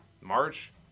March